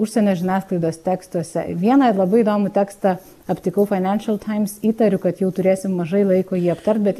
užsienio žiniasklaidos tekstuose vieną labai įdomų tekstą aptikau financial times įtariu kad jau turėsim mažai laiko jį aptart bet